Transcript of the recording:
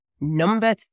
Number